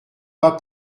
pas